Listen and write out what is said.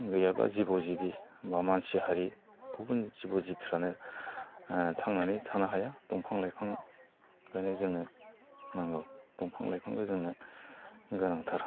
गैयाब्ला जिब' जिबि बा मानसि हारि गुबुन जिब' जिबिफ्रानो ओ थांनानै थानो हाया दंफा लाइफां ओंखायनो जोंनो नांगौ दंफां लाइफांखौ जोंनो गोनांथार